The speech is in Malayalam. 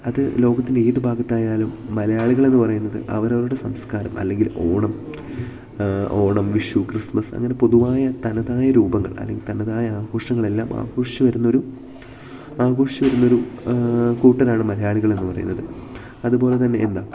അത് ലോകത്തിൻ്റെ ഏത് ഭാഗത്തായാലും മലയാളികൾ എന്ന് പറയുന്നത് അവരവരുടെ സംസ്കാരം അല്ലെങ്കിൽ ഓണം ഓണം വിഷു ക്രിസ്മസ് അങ്ങനെ പൊതുവായ തനതായ രൂപങ്ങൾ അല്ലെങ്കിൽ തനതായ ആഘോഷങ്ങളെല്ലാം ആഘോഷിച്ച് വരുന്നൊരു ആഘോഷിച്ച് വരുന്നൊരു കൂട്ടരാണ് മലയാളികളെന്ന് പറയുന്നത് അതുപോലെത്തന്നെ എന്താ